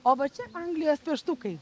o va čia anglijos peštukai